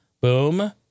Boom